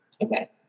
Okay